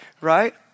right